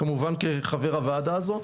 וכמובן כחבר הוועדה הזו,